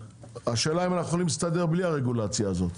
השאלה אם אנחנו יכולים להסתדר בלי הרגולציה הזאת.